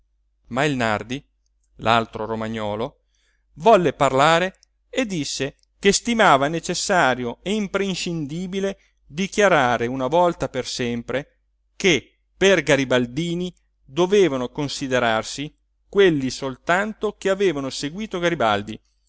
ma il nardi l'altro romagnolo volle parlare e disse che stimava necessario e imprescindibile dichiarare una volta per sempre che per garibaldini dovevano considerarsi quelli soltanto che avevano seguito garibaldi